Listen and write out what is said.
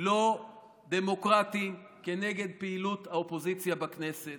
לא דמוקרטיים כנגד פעילות האופוזיציה בכנסת.